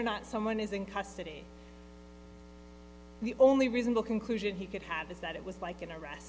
or not someone is in custody the only reasonable conclusion he could have is that it was like an